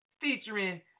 featuring